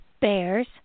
bears